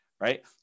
Right